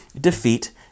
defeat